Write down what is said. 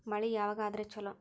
ಮಳಿ ಯಾವಾಗ ಆದರೆ ಛಲೋ?